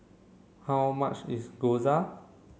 how much is Gyoza